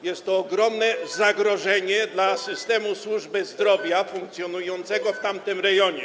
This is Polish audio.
Jest to ogromne zagrożenie dla systemu służby zdrowia funkcjonującego w tamtym rejonie.